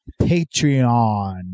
Patreon